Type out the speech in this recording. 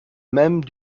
même